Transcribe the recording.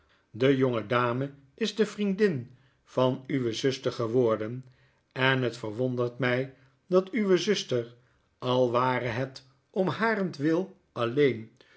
de jonge dame is de vriendin van uwe zuster geworden en hetverwondert my dat uwe zuster al ware het om harentwil alleen